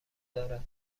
دارد